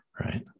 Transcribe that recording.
right